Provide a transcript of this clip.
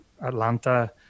Atlanta